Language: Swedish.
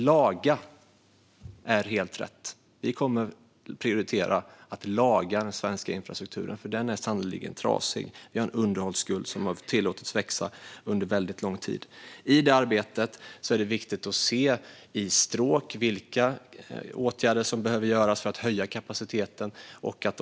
"Laga" är helt rätt. Vi kommer att prioritera att laga den svenska infrastrukturen, för den är sannerligen trasig. Vi har en underhållsskuld som tillåtits växa under väldigt lång tid. I det arbetet är det viktigt att se i stråk vilka åtgärder som behöver vidtas för att höja kapaciteten.